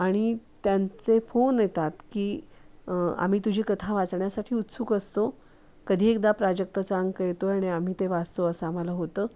आणि त्यांचे फोन येतात की आम्ही तुझी कथा वाचण्यासाठी उत्सुक असतो कधी एकदा प्राजक्तचा अंक येतो आहे आणि आम्ही ते वाचतो असं आम्हाला होतं